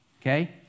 okay